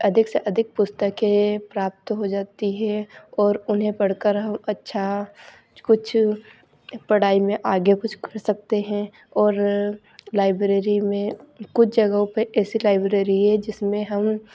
अधिक से अधिक पुस्तकें प्राप्त हो जाती हे और उन्हें पढ़ कर हम अच्छा कुछ पढ़ाई में आगे कुछ कर सकते हैं और लाइब्रेरी में कुछ जगहों पर ऐसी लाइब्रेरी है जिसमें हम